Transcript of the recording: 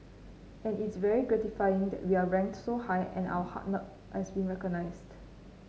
and it's very gratifying that we are ranked so high and our hard as been recognised